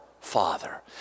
Father